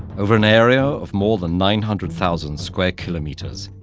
over an area of more than nine hundred thousand square kilometers,